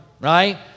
right